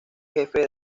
jefe